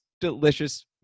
delicious